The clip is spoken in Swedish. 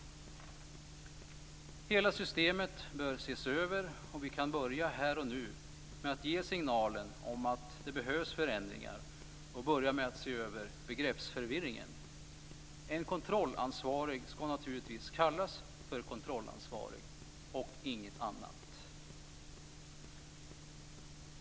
Hela systemet bör ses över. Vi kan börja här och nu med att ge signalen att det behövs förändringar. Vi kan börja med att se över begreppsförvirringen. En kontrollansvarig skall naturligtvis kallas kontrollansvarig och inget annat.